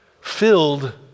Filled